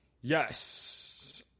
Yes